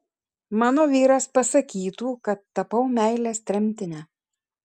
mano vyras pasakytų kad tapau meilės tremtine